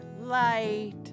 light